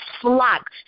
flock